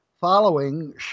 following